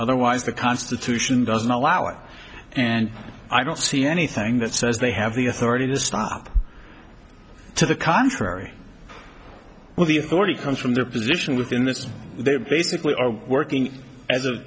otherwise the constitution doesn't allow it and i don't see anything that says they have the authority to stop to the contrary well the authority comes from their position within this and they basically are working